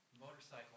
motorcycle